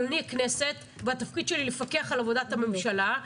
אבל אני כנסת והתפקיד שלי הוא לפקח על עבודת הממשלה.